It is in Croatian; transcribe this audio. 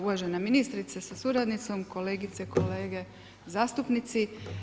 Uvažena ministrice sa suradnicom, kolegice i kolege zastupnici.